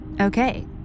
Okay